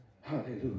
Hallelujah